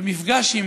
במפגש עם